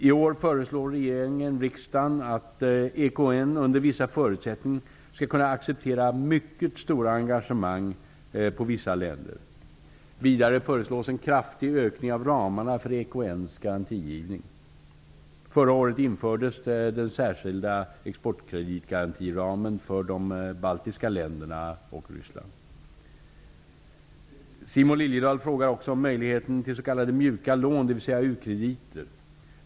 I år föreslår regeringen riksdagen att EKN under vissa förutsättningar skall kunna acceptera mycket stora engagemang på vissa länder. Vidare föreslås en kraftig ökning av ramarna för EKN:s garantigivning. Förra året infördes den särskilda exportkreditgarantiramen för de baltiska länderna och Ryssland. Simon Liliedahl frågar också om möjligheten till s.k. mjuka lån, dvs. u-krediter.